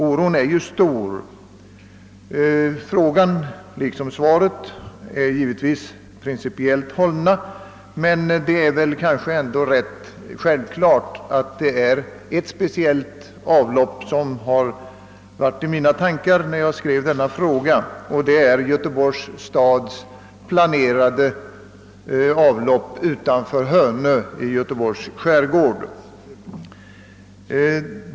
Oron är stor. Svaret är liksom frågan principiellt hållet. Men det är väl ändå rätt självklart att det var ett speciellt avlopp jag hade i tankarna när jag framställde frågan, nämligen Göteborgs stads planerade avlopp utanför Hönö i Göteborgs skärgård.